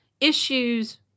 issues